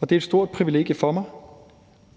det er et stort privilegie for mig,